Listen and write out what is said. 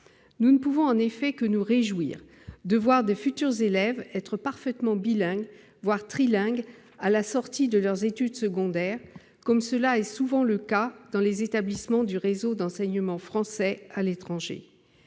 Nous ne pouvons en effet que nous réjouir de voir de futurs élèves devenir parfaitement bilingues, voire trilingues à la sortie de leurs études secondaires, comme c'est souvent le cas dans les établissements du réseau d'enseignement français à l'étranger.